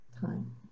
time